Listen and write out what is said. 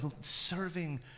serving